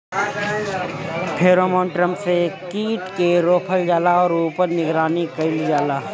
Pheromone trap से कीट के रोकल जाला और ऊपर निगरानी कइल जाला?